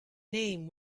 name